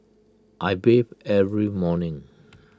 I bathe every morning